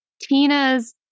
tina's